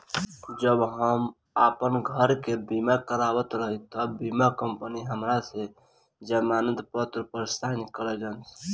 जब हम आपन घर के बीमा करावत रही तब बीमा कंपनी हमरा से जमानत पत्र पर साइन करइलस